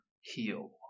heal